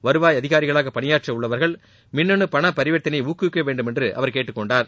வருவாய் அதிகாரிகளாக பணியாற்ற உள்ளவர்கள் மின்னணு பண பரிவர்த்தனையை ஊக்குவிக்க வேண்டும் என்று அவர் கேட்டுக் கொண்டார்